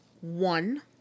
one